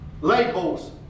Labels